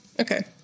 Okay